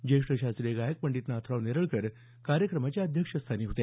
ज्येष्ठ शास्त्रीय गायक पंडित नाथराव नेरळकर कार्यक्रमाच्या अध्यक्षस्थानी होते